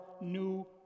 new